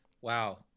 wow